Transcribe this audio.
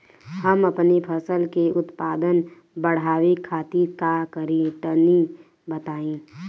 हम अपने फसल के उत्पादन बड़ावे खातिर का करी टनी बताई?